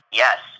yes